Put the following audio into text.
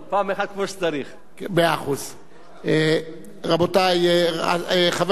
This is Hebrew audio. רבותי, חבר הכנסת אזולאי הנכבד יש לו הסתייגויות.